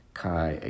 kai